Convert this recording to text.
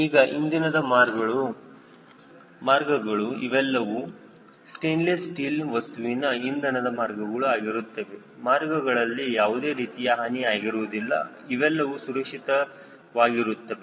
ಈಗ ಇಂಧನದ ಮಾರ್ಗಗಳು ಇವೆಲ್ಲವೂ ಸ್ಟೇನ್ಲೆಸ್ ಸ್ಟೀಲ್ ವಸ್ತುವಿನ ಇಂಧನದ ಮಾರ್ಗಗಳು ಆಗಿರುತ್ತದೆ ಮಾರ್ಗಗಳಲ್ಲಿ ಯಾವುದೇ ರೀತಿಯ ಹಾನಿ ಆಗಿರುವುದಿಲ್ಲ ಅವೆಲ್ಲವೂ ಸುರಕ್ಷಿತವಾಗಿರುತ್ತದೆ